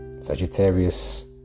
Sagittarius